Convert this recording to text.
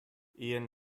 ian